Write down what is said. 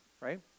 right